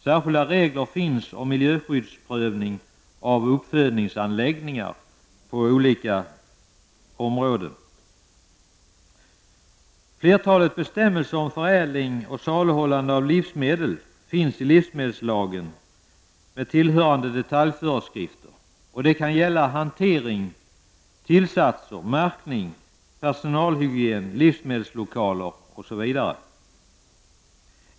Särskilda regler finns om miljöskyddsprövning av uppfödningsanläggningar på olika områden. Flertalet bestämmelser om förädling av saluhållande av livsmedel finns i livsmedelslagen med tillhörande detaljföreskrifter. Det kan gälla hantering, tillsatser, märkning, personalhygien, livsmedelslokaler osv.